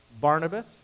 Barnabas